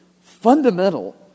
fundamental